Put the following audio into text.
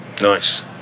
nice